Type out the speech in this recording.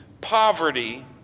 poverty